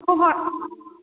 ꯍꯣꯏ ꯍꯣꯏ